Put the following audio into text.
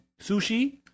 sushi